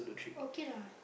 okay lah